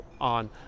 on